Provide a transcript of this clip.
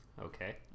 Okay